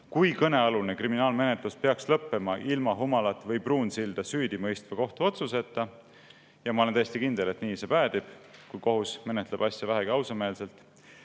kui kõnealune kriminaalmenetlus peaks lõppema ilma Humalat või Pruunsilda süüdi mõistva kohtuotsuseta – ja ma olen täiesti kindel, et nii see päädib, kui kohus menetleb asja vähegi ausameelselt